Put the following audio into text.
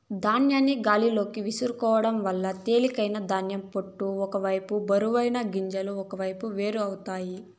ధాన్యాన్ని గాలిలోకి విసురుకోవడం వల్ల తేలికైన ధాన్యం పొట్టు ఒక వైపు బరువైన గింజలు ఒకవైపు వేరు అవుతాయి